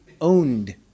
owned